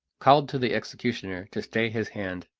called to the executioner to stay his hand.